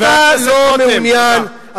תודה.